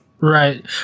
Right